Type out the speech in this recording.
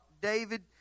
David